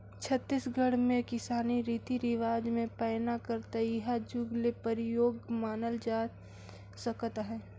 छत्तीसगढ़ मे किसानी रीति रिवाज मे पैना कर तइहा जुग ले परियोग मानल जाए सकत अहे